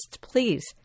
please